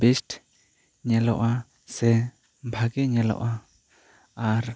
best ᱧᱮᱞᱚᱜᱼᱟ ᱥᱮ ᱵᱷᱟᱹᱜᱤ ᱧᱮᱞᱚᱜᱼᱟ ᱟᱨ